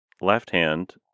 Left-hand